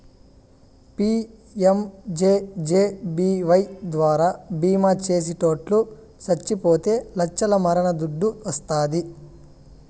PMJJBY ద్వారా బీమా చేసిటోట్లు సచ్చిపోతే లచ్చల మరణ దుడ్డు వస్తాది